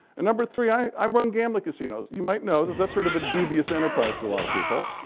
and number three, i run gambling casinos. you might know that that's sort of a dubious enterprise to a lot of people.